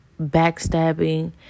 backstabbing